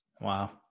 Wow